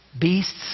beasts